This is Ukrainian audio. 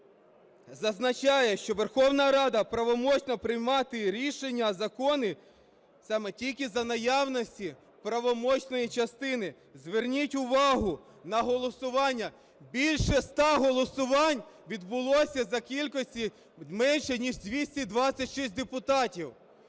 зазначає, що Верховна Рада правомочна приймати рішення, закони саме тільки за наявності правомочної частини. Зверніть увагу на голосування: більше ста голосувань відбулося за кількості менше, ніж 226 депутатів.